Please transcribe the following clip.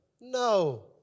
No